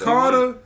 Carter